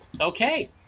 Okay